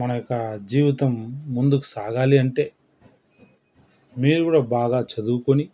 మన యొక్క జీవితం ముందుకు సాగాలి అంటే మీరు కూడా బాగా చదువుకొని